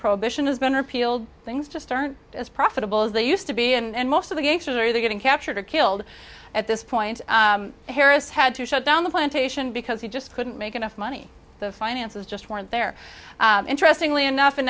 prohibition has been repealed things just aren't as profitable as they used to be and most of the gangsters are they getting captured or killed at this point harris had to shut down the plantation because he just couldn't make enough money the finances just weren't there interestingly enough in